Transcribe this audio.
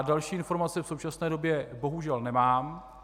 Další informace v současné době bohužel nemám.